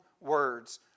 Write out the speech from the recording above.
words